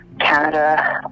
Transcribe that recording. Canada